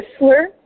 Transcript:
Whistler